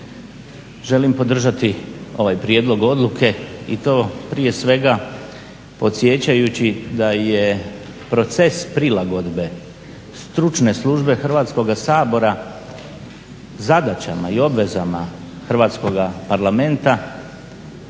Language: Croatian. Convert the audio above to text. Želim podržati ovaj prijedlog odluke i to prije svega podsjećajući da je proces prilagodbe Stručne službe Hrvatskoga sabora zadaćama i obvezama hrvatskoga Parlamenta